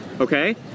Okay